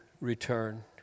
return